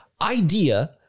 Idea